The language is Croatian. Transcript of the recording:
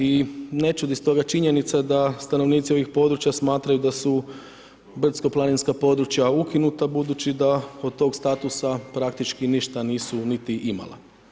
I ne čudi stoga činjenica da stanovnici ovih područja smatraju da su brdsko planinska područja ukinuta budući da od tog statusa praktički ništa nisu niti imala.